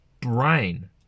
brain